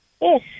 Yes